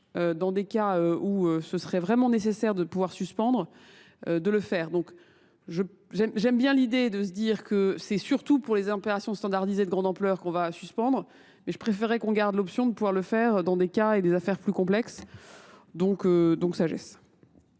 dans des cas où ce serait vraiment nécessaire de pouvoir suspendre, de le faire. Donc j'aime bien l'idée de se dire que c'est surtout pour les impérations standardisées de grande ampleur qu'on va suspendre, mais je préférerais qu'on garde l'option de pouvoir le faire dans des cas et des affaires plus complexes. Donc sagesse.